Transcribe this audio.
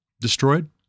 destroyed